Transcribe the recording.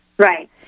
Right